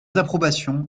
approbations